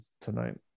tonight